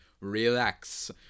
Relax